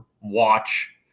watch